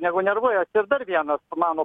negu nervuojas ir dar viena mano